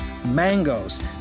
Mangoes